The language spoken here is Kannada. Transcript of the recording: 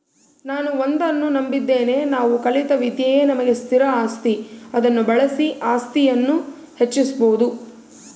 ನಾನು ಒಂದನ್ನು ನಂಬಿದ್ದೇನೆ ನಾವು ಕಲಿತ ವಿದ್ಯೆಯೇ ನಮಗೆ ಸ್ಥಿರ ಆಸ್ತಿ ಅದನ್ನು ಬಳಸಿ ಆಸ್ತಿಯನ್ನು ಹೆಚ್ಚಿಸ್ಬೋದು